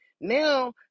Now